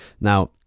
Now